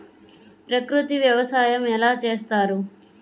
ప్రకృతి వ్యవసాయం ఎలా చేస్తారు?